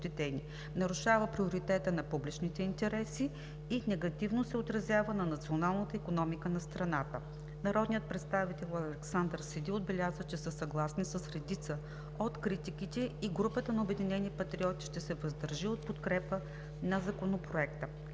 нарушава приоритета на публичните интереси и негативно се отразява на националната икономика на страната. Народният представител Александър Сиди отбеляза, че са съгласни с редица от критиките и групата на „Обединени патриоти“ ще се въздържи от подкрепа на Законопроекта.